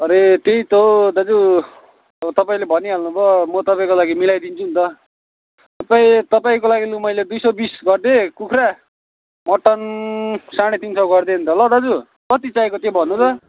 अरे त्यही त हो दाजु अब तपाईँले भनिहाल्नुभयो म तपाईँको लागि मिलाइदिन्छु नि त तपाईँ तपाईँको लागि लु मैले दुई सय बिस गरिदिएँ कुखुरा मटन साँढे तिन सय गरिदिएँ नि त ल दाजु कति चाहिएको त्यो भन्नू त